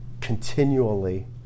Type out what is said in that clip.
continually